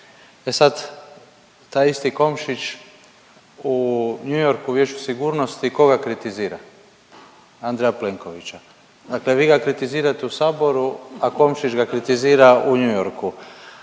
e sad taj isti Komšić u New Yorku u Vijeću sigurnosti koga kritizira? Andreja Plenkovića, dakle vi ga kritizirate u saboru, a Komšić ga kritizira u New Yorku. Naravno